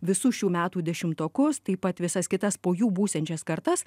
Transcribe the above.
visų šių metų dešimtokus taip pat visas kitas po jų būsiančias kartas